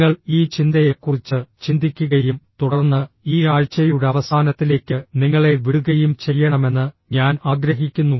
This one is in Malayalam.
നിങ്ങൾ ഈ ചിന്തയെക്കുറിച്ച് ചിന്തിക്കുകയും തുടർന്ന് ഈ ആഴ്ചയുടെ അവസാനത്തിലേക്ക് നിങ്ങളെ വിടുകയും ചെയ്യണമെന്ന് ഞാൻ ആഗ്രഹിക്കുന്നു